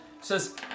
says